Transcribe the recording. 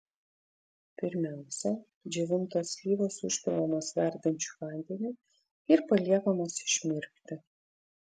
pirmiausia džiovintos slyvos užpilamos verdančiu vandeniu ir paliekamos išmirkti